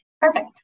Perfect